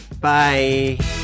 Bye